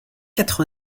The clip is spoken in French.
quatre